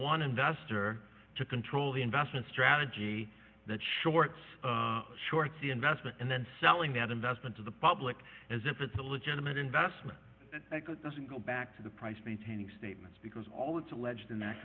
one investor to control the investment strategy that shorts shorts the investment and then selling that investment to the public as if it's a legitimate investment doesn't go back to the price of maintaining statements because all it's alleged in that